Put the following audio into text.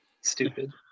stupid